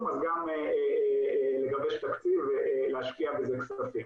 אז גם לגבש תקציב ולהשקיע בזה כספים.